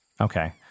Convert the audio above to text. Okay